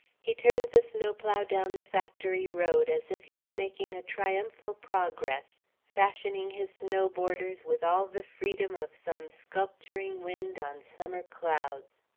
he turned the snowplow down the factory road, as if he were making a triumphal progress, fashioning his snow borders with all the freedom of some sculpturing wind on summer clouds.